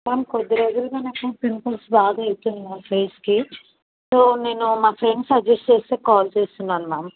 ma'am కొద్ది రోజులుగా నాకు పింపుల్స్ బాగా అయితున్నాయి ఫేస్కి సో నేను మా ఫ్రెండ్స్ సజెస్ట్ చేస్తే కాల్ చేస్తున్నాను మ్యామ్